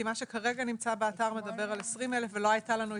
כי מה שכרגע נמצא באתר מדבר על 20,000 ולא היה לנו המידע.